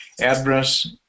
address